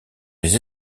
les